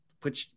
put